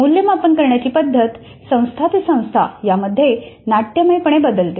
मूल्यमापन करण्याची पद्धत संस्था ते संस्था यामध्ये नाट्यमयपणे बदलते